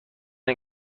این